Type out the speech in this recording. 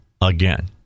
again